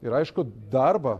ir aišku darbą